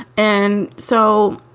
and so.